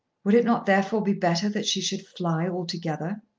would it not therefore be better that she should fly altogether?